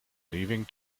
leaving